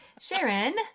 sharon